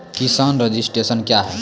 किसान रजिस्ट्रेशन क्या हैं?